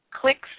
clicks